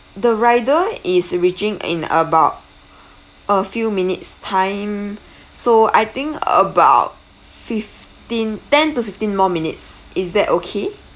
the rider is reaching in about a few minutes time so I think about fifteen ten to fifteen more minutes is that okay